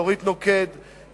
אורית נוקד,